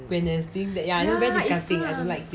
ya its very very disgusting ya I don't like it